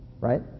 Right